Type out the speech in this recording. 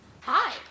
Hi